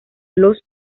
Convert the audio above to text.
los